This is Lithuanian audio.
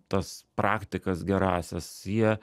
tas praktikas gerąsias jie